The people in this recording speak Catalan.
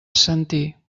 assentir